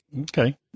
okay